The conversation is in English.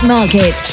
Market